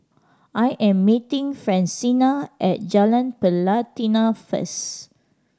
I am meeting Francina at Jalan Pelatina first